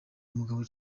umugabo